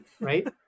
right